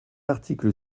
article